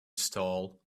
stall